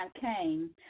came